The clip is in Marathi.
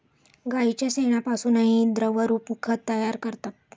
गाईच्या शेणापासूनही द्रवरूप खत तयार करतात